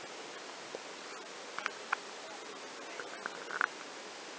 okay